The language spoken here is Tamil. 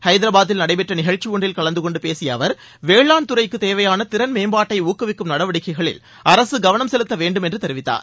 ஹைதராபாதில் நடபெற்ற நிகழ்ச்சி ஒன்றில் கலந்துகொண்டு பேசிய அவர் வேளாண்துறைக்கு தேவையான திறன் மேம்பாட்டை ஊக்குவிக்கும் நடவடிக்கைகளில் அரசு கவனம் செலுத்தவேண்டும் என்று தெரிவித்தார்